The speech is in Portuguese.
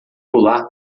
pular